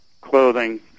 clothing